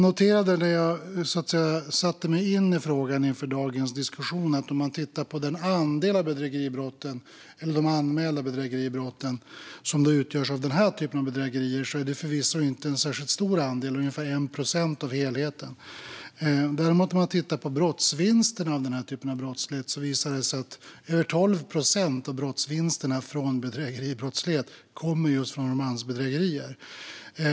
När jag satte mig in i frågan inför dagens diskussion noterade jag att den andel av de anmälda bedrägeribrotten som utgörs av denna typ av bedrägerier förvisso inte är särskilt stor: ungefär 1 procent av helheten. Däremot har det visat sig att över 12 procent av brottsvinsterna från bedrägeribrottslighet kommer från just romansbedrägerier.